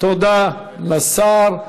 תודה לח"כ.